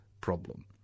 problem